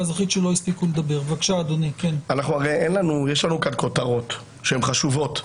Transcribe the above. כאן כותרות, שהן חשובות,